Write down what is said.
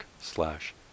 slash